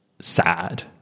sad